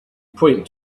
point